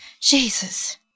Jesus